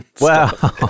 Wow